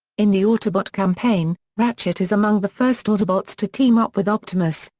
in the autobot campaign, ratchet is among the first autobots to team up with optimus,